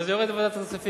אבל זה יורד לוועדת הכספים.